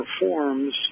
performs